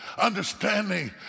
understanding